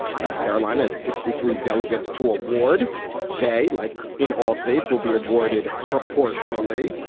south carolina has sixty three delegates to a ward they like in all states will be awarded proportionally.